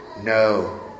No